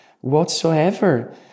whatsoever